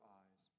eyes